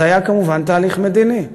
היה כמובן תהליך מדיני.